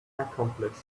accomplished